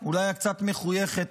שהיא אולי קצת מחויכת,